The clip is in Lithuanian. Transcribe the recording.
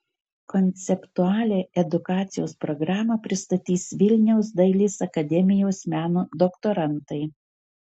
konceptualią edukacijos programą pristatys vilniaus dailės akademijos meno doktorantai